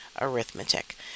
arithmetic